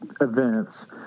events